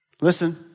Listen